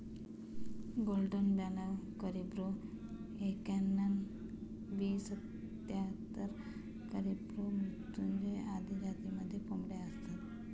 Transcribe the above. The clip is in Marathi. गोल्डन ब्याणव करिब्रो एक्याण्णण, बी सत्याहत्तर, कॅरिब्रो मृत्युंजय आदी जातींमध्येही कोंबड्या असतात